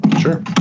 Sure